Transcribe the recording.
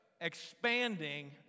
expanding